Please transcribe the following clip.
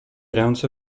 ręce